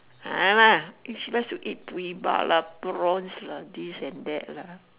nevermind ah she likes to eat lah prawns lah this and that lah